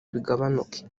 bigabanuke